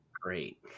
Great